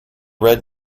red